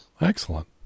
Excellent